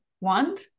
want